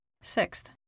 Sixth